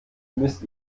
müsst